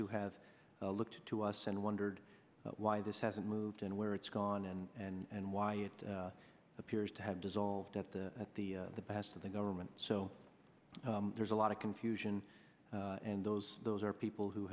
who have looked to us and wondered why this hasn't moved and where it's gone and and why it appears to have dissolved at the at the the best of the government so there's a lot of confusion and those those are people who